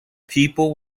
people